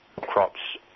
crops